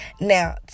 Now